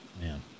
man